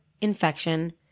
infection